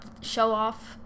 show-off